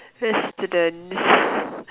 we're students